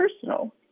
personal